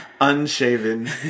Unshaven